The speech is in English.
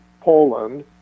Poland